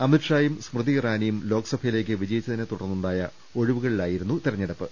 അമിത് ഷായും സ്മൃതി ഇറാനിയും ലോക്സഭയിലേക്ക് വിജയിച്ചതിനെ തുടർന്നുണ്ടായ ഒഴിവുകളിലായിരുന്നു തെരഞ്ഞെടുപ്പ്